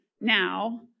Now